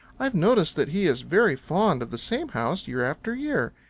i've noticed that he is very fond of the same house year after year.